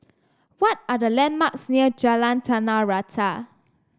what are the landmarks near Jalan Tanah Rata